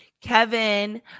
Kevin